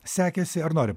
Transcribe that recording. sekėsi ar nori